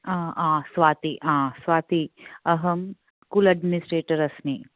हा हा स्वाती स्वाती अहं स्कूल् एड्मिनिस्ट्रेटर् अस्मि